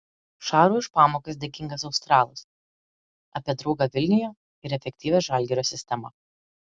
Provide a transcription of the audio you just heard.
šarui už pamokas dėkingas australas apie draugą vilniuje ir efektyvią žalgirio sistemą